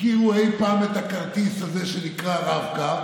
הכירו אי פעם את הכרטיס הזה שנקרא רב-קו.